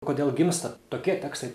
kodėl gimsta tokie tekstai